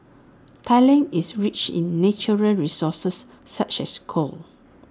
Thailand is rich in natural resources such as coal